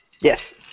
Yes